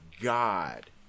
God